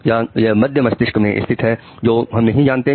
क्या यह मध्य मस्तिष्क में स्थित है जो कि हम नहीं जानते हैं